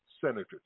senators